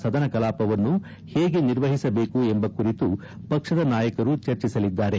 ಸದನ ಕಲಾಪವನ್ನು ಹೇಗೆ ನಿರ್ವಹಿಸಬೇಕು ಎಂಬ ಕುರಿತು ಪಕ್ಷದ ನಾಯಕರುಗಳು ಚರ್ಚಿಸಲಿದ್ದಾರೆ